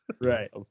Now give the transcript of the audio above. Right